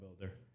builder